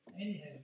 Anyhow